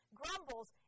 grumbles